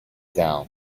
down